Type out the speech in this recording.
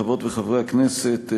חברות וחברי הכנסת,